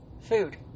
food